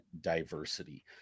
diversity